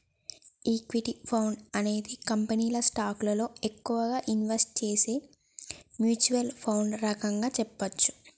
equity fund అనేది కంపెనీల స్టాకులలో ఎక్కువగా ఇన్వెస్ట్ చేసే మ్యూచ్వల్ ఫండ్ రకంగా చెప్పచ్చు